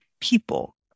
people